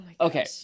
okay